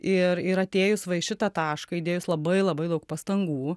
ir ir atėjus va į šitą tašką įdėjus labai labai daug pastangų